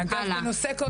הלאה.